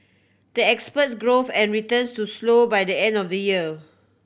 the expects growth and returns to slow by the end of the year